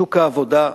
בשוק העבודה,